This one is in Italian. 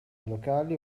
locali